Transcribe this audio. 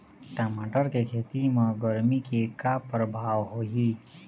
टमाटर के खेती म गरमी के का परभाव होही?